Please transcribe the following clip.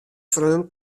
freon